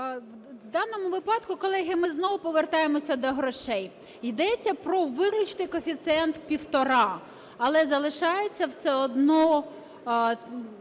В даному випадку, колеги, ми знову повертаємося до грошей. Йдеться про виключний коефіцієнт півтора. Але залишаються все одно